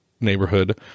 neighborhood